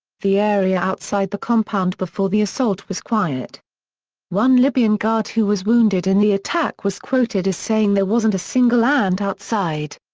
the area outside the compound before the assault was quiet one libyan guard who was wounded in the attack was quoted as saying there wasn't a single ant outside.